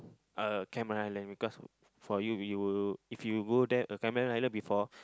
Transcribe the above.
uh Cameron-Highland because for you you will if you go there uh Cameron-Highland before